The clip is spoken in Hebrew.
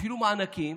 אפילו מענקים,